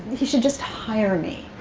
he should just hire me.